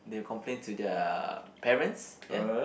they'll complain to their parents ya